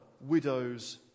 widows